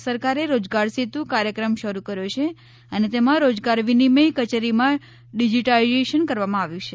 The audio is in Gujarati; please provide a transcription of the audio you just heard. ગુજરાત સરકારે રોજગાર સેતુ કાર્યક્રમ શરૂ કર્યો છે અને તેમાં રોજગાર વિનિમય કચેરીમાં ડિજિટાઇઝેશન કરવામાં આવ્યું છે